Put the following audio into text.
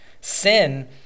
Sin